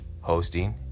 hosting